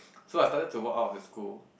so I started to walk out of the school